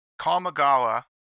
Kamagawa